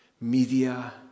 media